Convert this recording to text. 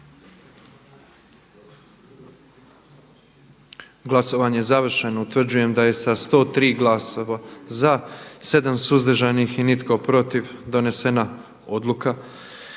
Glasovanje je završeno. Utvrđujem da je sa 104 glasa za i jednim suzdržanim i 4 protiv donijeta odluka